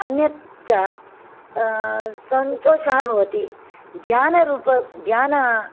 अन्यच्च सन्तोषः भवति ध्यानरूप ध्यान